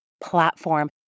platform